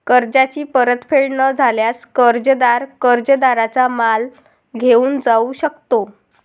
कर्जाची परतफेड न झाल्यास, कर्जदार कर्जदाराचा माल घेऊन जाऊ शकतो